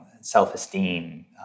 self-esteem